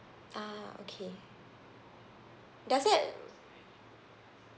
ah okay does that